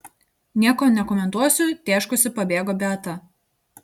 nieko nekomentuosiu tėškusi pabėgo beata